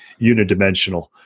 unidimensional